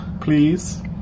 Please